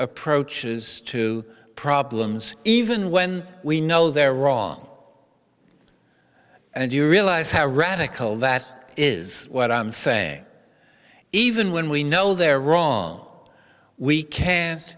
approaches to problems even when we know they're wrong and you realize how radical that is what i'm saying even when we know they're wrong we can